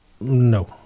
No